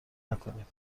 نکنید